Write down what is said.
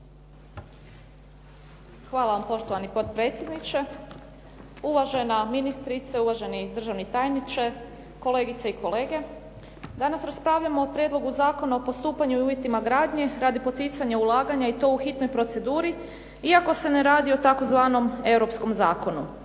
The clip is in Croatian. Hvala vam poštovani potpredsjedniče, uvažena ministrice, uvaženi državni tajniče, kolegice i kolege. Danas raspravljamo o Prijedlogu zakona o postupanju i uvjetima gradnje radi poticanja ulaganja i to u hitnoj proceduri iako se ne radi o tzv. europskom zakonu.